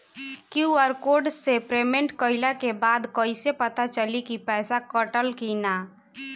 QR code से payment कईला के बाद कईसे पता चली की पैसा कटल की ना?